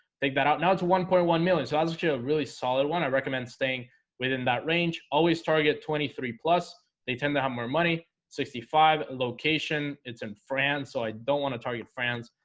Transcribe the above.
take that out now. it's a one point one million so i don't you a really solid one. i recommend staying within that range always target twenty three plus they tend to have more money sixty five location. it's in france. so i don't want to target france.